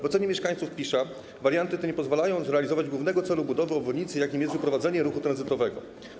W ocenie mieszkańców Pisza warianty te nie pozwalają zrealizować głównego celu budowy obwodnicy, jakim jest wyprowadzenie ruchu tranzytowego.